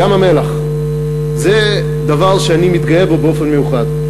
ים-המלח זה דבר שאני מתגאה בו באופן מיוחד.